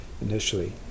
initially